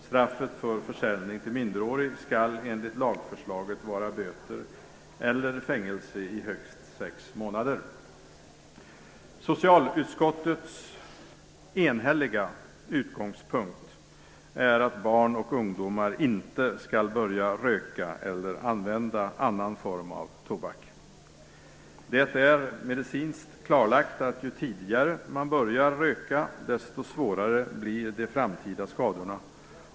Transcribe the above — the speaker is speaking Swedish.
Straffet för försäljning till minderårig skall enligt lagförslaget vara böter eller fängelse i högst sex månader. Socialutskottets enhälliga utgångspunkt är att barn och ungdomar inte skall börja röka eller använda annan form av tobak. Det är medicinskt klarlagt att ju tidigare man börjar röka, desto svårare blir de framtida skadorna.